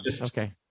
okay